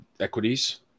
equities